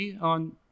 on